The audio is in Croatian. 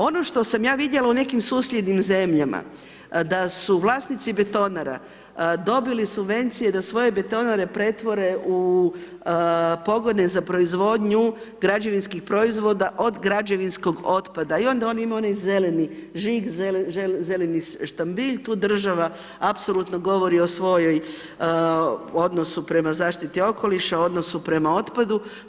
Ono što sam ja vidjela u nekim susjednim zemljama, da su vlasnici betonara, dobili subvencije, da svoje betonare pretvore u pogone za proizvodnju građevinskog proizvoda od građevinskog otpada i onda on ima onaj zeleni žig, zeleni štambilj, tu država apsolutno govori o svojoj odnosu prema zaštiti okoliša, odnosu prema otpadu.